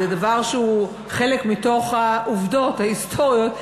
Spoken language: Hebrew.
זה דבר שהוא חלק מהעובדות ההיסטוריות,